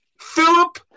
Philip